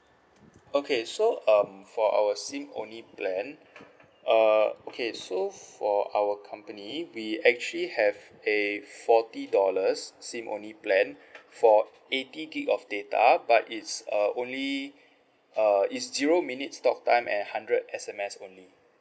okay so um for our SIM only plan err okay so for our company we actually have a forty dollars SIM only plan for eighty gig of data but it's err only uh it's zero minutes talk time and hundred S_M_S only